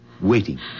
waiting